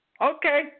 Okay